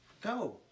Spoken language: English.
go